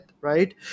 right